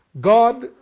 God